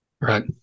Right